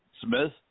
Smith